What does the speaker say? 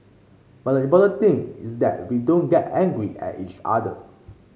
but the important thing is that we don't get angry at each other